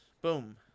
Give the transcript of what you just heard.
boom